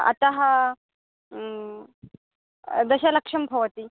अतः दशलक्षं भवति